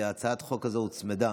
להצעת החוק הזאת הוצמדה